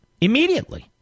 immediately